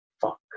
fuck